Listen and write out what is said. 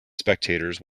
spectators